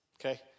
okay